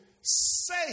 say